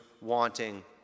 wanting